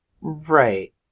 Right